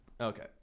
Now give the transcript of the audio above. Okay